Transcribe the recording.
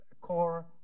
core